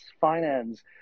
finance